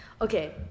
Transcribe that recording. okay